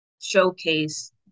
showcase